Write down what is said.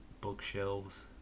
bookshelves